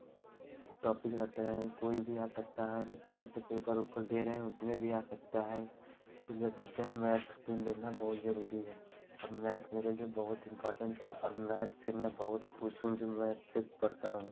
topic रहते हैं कोई भी आ सकता है जैसे पेपर ऊपर दे रहे हैं उसमें भी आ सकता है इसीलिए बोलते हैं मैथ लेना बहुत जरूरी है और मैथ मेरे लिए बहुत इम्पोर्टेंट है मैथ से मैं बहुत खुश हूँ जो मैथ से पढ़ता हूँ